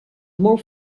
molt